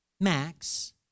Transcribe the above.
Max